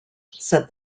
said